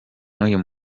n’uyu